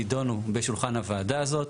נדונו בשולחן הוועדה הזאת.